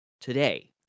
today